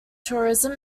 tourism